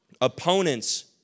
Opponents